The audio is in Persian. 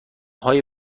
های